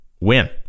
win